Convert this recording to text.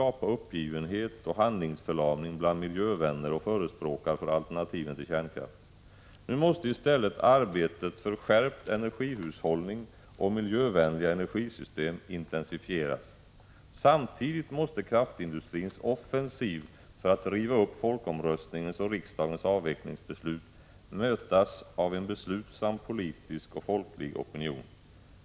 1985/86:124 och handlingsförlamning bland miljövänner och förespråkare för alternati ven till kärnkraft. Nu måste i stället arbetet för skärpt energihushållning och miljövänliga energisystem intensifieras. Samtidigt måste kraftindustrins offensiv för att riva upp folkomröstningens och riksdagens avvecklingsbeslut mötas av en beslutsam politisk och folklig opinion.